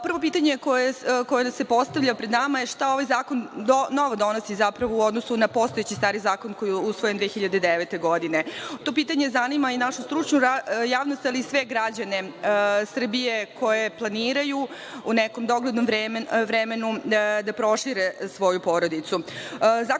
pitanje koje se postavlja pred nama šta ovaj zakon novo donosi zapravo u odnosu na postojeći stari zakon koji je usvojen 2009. godine? To pitanje zanima i našu stručnu javnost, ali i sve građane Srbije koji planiraju u neko doglednom vremenu da prošire svoju porodicu. Zakon